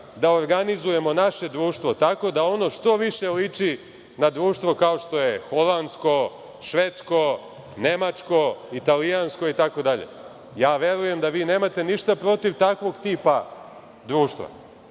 da organizujemo naše društvo tako da ono što više liče na društvo, kao što je holandsko, švedsko, nemačko, italijansko itd. Verujem da vi nemate ništa protiv takvog tipa društva. Da